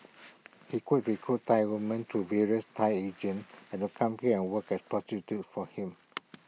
he could recruit Thai woman through various Thai agents and of come here and work as prostitutes for him